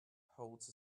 holds